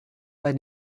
bei